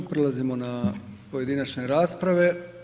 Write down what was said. Prelazimo na pojedinačne rasprave.